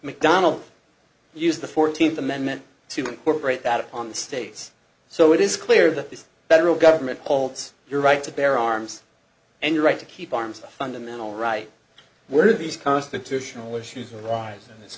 mcdonnell use the fourteenth amendment to incorporate that upon the states so it is clear that the federal government holds your right to bear arms and your right to keep arms fundamental right were these constitutional issues arise in this